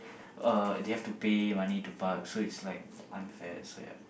uh they have to pay money to park so it's like unfair so ya